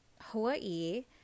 Hawaii